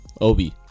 Obi